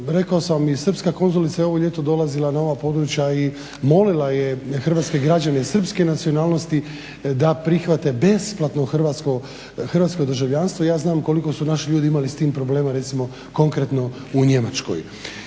Rekao sam vam i srpska konzulica je ovo ljeto dolazila na ova područja i molila je hrvatske građane srpske nacionalnosti da prihvate besplatno hrvatsko državljanstvo. Ja znam koliko su naši ljudi imali s tim problema recimo konkretno u Njemačkoj.